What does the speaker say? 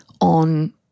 on